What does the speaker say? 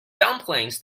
dumplings